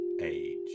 age